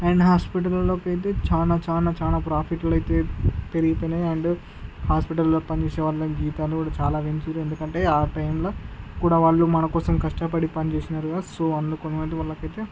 and హాస్పిటళ్ళలో అయితే చాలా చాలా చాలా ప్రాఫిట్లు అయితే పెరిగిపోయినాయి అండ్ హాస్పిటల్లో పనిచేసే వాళ్ళ జీతాలు కూడా చాలా పెంచారు ఎందుకంటే ఆ టైంలో కూడా వాళ్ళు మనకోసం కష్టపడి పనిచేశారుగా సో అందుకని వాళ్ళకైతే